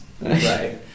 Right